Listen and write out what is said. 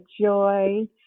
joy